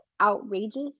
outrageous